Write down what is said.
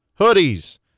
hoodies